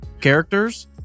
characters